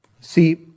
See